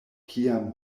kiam